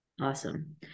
Awesome